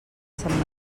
sant